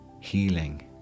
healing